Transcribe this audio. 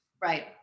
Right